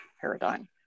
paradigm